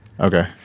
okay